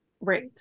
Right